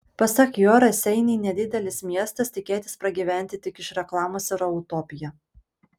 pasak jo raseiniai nedidelis miestas tikėtis pragyventi tik iš reklamos yra utopija